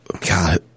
god